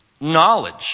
knowledge